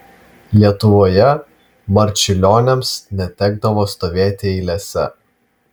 lietuvoje marčiulioniams netekdavo stovėti eilėse